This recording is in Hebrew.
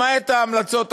למעט ההמלצות החסויות.